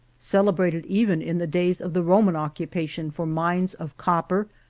celebrated even in the days of the roman occupation for mines of copper,